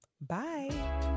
Bye